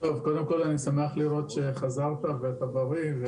קודם כל, אני שמח לראות שחזרת ואתה בריא.